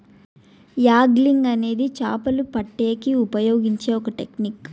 angling అనేది చాపలు పట్టేకి ఉపయోగించే ఒక టెక్నిక్